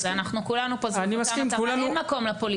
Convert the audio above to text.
כולנו פה סביב אותה מטרה, אין מקום לפוליטיקה.